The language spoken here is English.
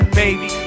baby